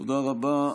תודה רבה.